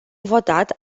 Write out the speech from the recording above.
votat